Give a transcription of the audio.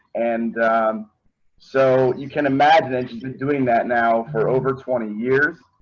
and so you can imagine doing that now for over twenty years.